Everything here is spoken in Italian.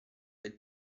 del